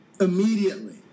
Immediately